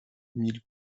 mille